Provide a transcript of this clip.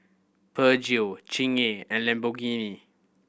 Peugeot Chingay and Lamborghini